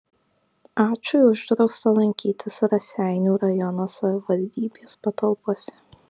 ačui uždrausta lankytis raseinių rajono savivaldybės patalpose